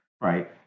right